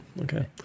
okay